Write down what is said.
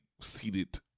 seated